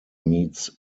meets